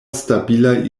stabila